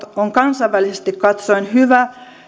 on kansainvälisesti katsoen hyvä